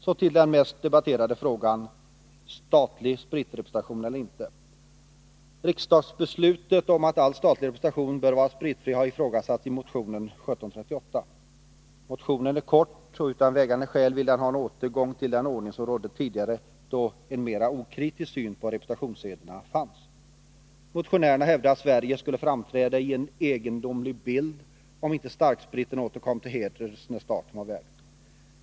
Så till den mest debatterade frågan: statlig spritrepresentation eller inte. Riksdagsbeslutet om att all statlig representation bör vara spritfri har ifrågasatts i motionen 1738. Motionen är kort, och utan vägande skäl vill man ha en återgång till den ordning som rådde tidigare, då en mer okritisk syn på representationssederna fanns. Motionärerna hävdar att en ”egendomlig bild” av Sverige skulle framträda om inte starkspriten åter kom till heders när staten var värd.